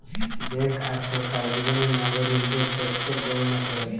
bank আর সরকার দুজনেই নাগরিকদের ট্যাক্সের গণনা করেক